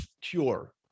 cure